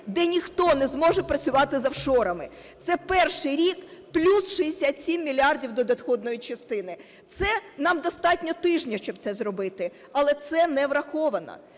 де ніхто не зможе працювати з офшорами. Це перший рік – плюс 67 мільярдів до доходної частини, це нам достатньо тижня, щоб це зробити. Але це не враховано.